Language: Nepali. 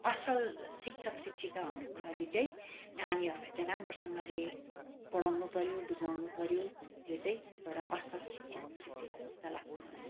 असल शिक्षक शिक्षिका हुनुको लागि चाहिँ नानीहरूलाई चाहिँ राम्रोसँगले पढाउनु पऱ्यो बुझाउनु पऱ्यो त्यो चाहिँ एउटा असल शिक्षिकशिक्षिका जस्तो लाग्छ मलाई